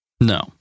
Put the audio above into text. No